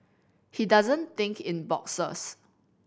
he doesn't think in boxes